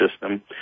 system